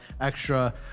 extra